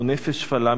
ונפש שפלה,